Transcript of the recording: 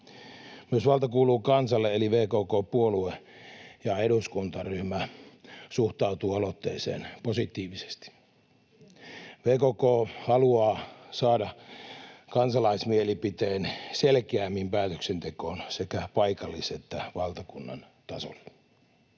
Myös Valta kuuluu kansalle- eli VKK-puolue ja -eduskuntaryhmä suhtautuu aloitteeseen positiivisesti. VKK haluaa saada kansalaismielipiteen selkeämmin päätöksentekoon sekä paikallis- että valtakunnan tasolla.